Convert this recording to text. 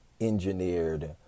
engineered